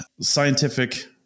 scientific